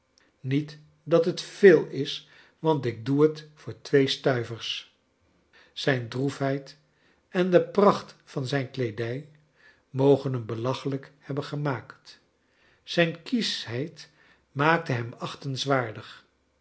niet dat het veel is want ik doe het voor twee stuivers zijn droefheid en de pracht van zijn kleedrj mogen hem belachelrjk hebben gemaakt zijn kiesohheid maakte hem